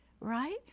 Right